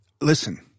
listen